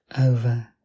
over